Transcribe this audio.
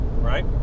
right